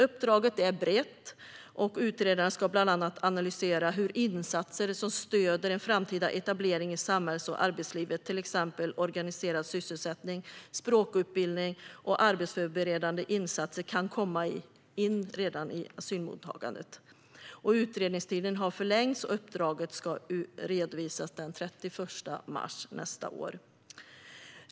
Uppdraget är brett, och utredaren ska bland annat analysera hur insatser som stöder en framtida etablering i samhälls och arbetslivet, till exempel organiserad sysselsättning, språkutbildning och arbetsförberedande insatser, kan komma in redan i asylmottagandet. Utredningstiden har förlängts, och uppdraget ska redovisas den 31 mars nästa år.